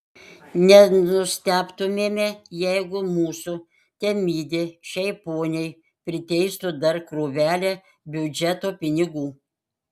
nenustebtumėme jeigu mūsų temidė šiai poniai priteistų dar krūvelę biudžeto pinigų